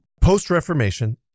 post-reformation